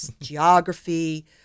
geography